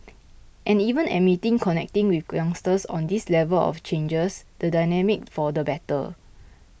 and even admitting connecting with youngsters on this level of changes the dynamic for the better